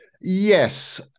Yes